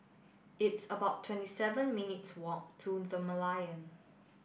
it's about twenty seven minutes' walk to The Merlion